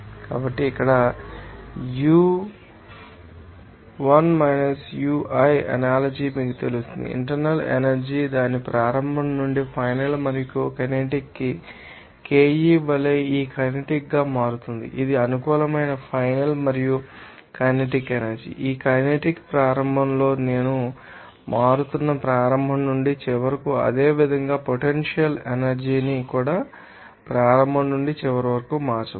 కాబట్టి ఇక్కడ Uf Ui analogy మీకు తెలుసు ఇంటర్నల్ ఎనర్జీ దాని ప్రారంభ నుండి ఫైనల్ మరియు కైనెటిక్ కి KE వలె ఈ కైనెటిక్ గా మారుతుంది ఇది అనుకూలమైన ఫైనల్ మరియు కైనెటిక్ ఎనర్జీ ఈ కైనెటిక్ కి ప్రారంభంలో నేను మారుతున్నాను ప్రారంభ నుండి చివరి వరకు అదేవిధంగా పొటెన్షియల్ ఎనర్జీ ని కూడా ప్రారంభం నుండి చివరి వరకు మార్చవచ్చు